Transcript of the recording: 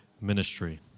ministry